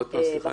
עוד הפעם?